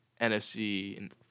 NFC